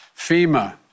FEMA